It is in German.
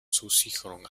zusicherung